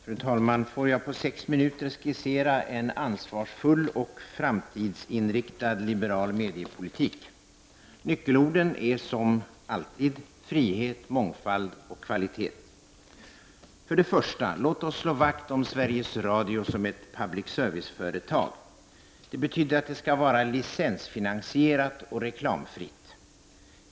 Fru talman! Får jag på sex minuter skissera en ansvarsfull och framtidsinriktad liberal mediepolitik? Nyckelorden är, som alltid, frihet, mångfald och kvalitet. För det första bör vi slå vakt om Sveriges Radio som ett public serviceföretag. Det betyder att det skall vara licensfinansierat och reklamfritt.